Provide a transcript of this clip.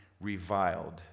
reviled